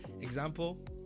example